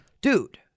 Dude